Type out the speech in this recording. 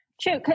True